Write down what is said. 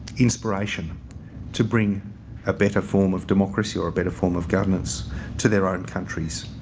inspiration to bring a better form of democracy or a better form of governance to their own countries.